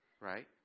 Right